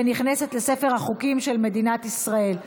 ונכנסת לספר החוקים של מדינת ישראל.